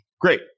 Great